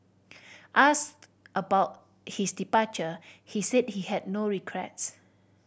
asked about his departure he said he had no regrets